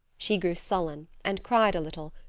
she grew sullen and cried a little,